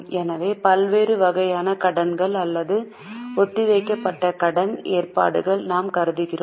எனவே பல்வேறு வகையான கடன்கள் அல்லது ஒத்திவைக்கப்பட்ட கட்டணம் ஏற்பாடுகளை நாம் கருதுகிறோம்